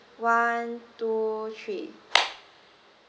one two three